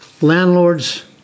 landlords